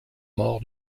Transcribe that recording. morts